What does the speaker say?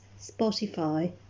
Spotify